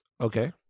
Okay